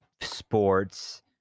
sports